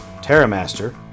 Terramaster